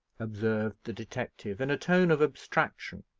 observed the detective in a tone of abstraction,